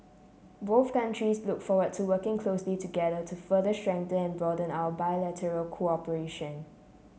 both countries look forward to working closely together to further strengthen and broaden our bilateral cooperation